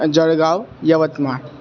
Jalgaon Yavatmal